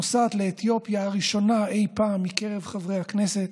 נוסעת לאתיופיה, הראשונה אי פעם מקרב חברי הכנסת,